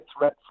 threat